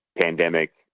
pandemic